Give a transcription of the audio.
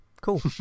Cool